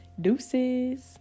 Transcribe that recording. Deuces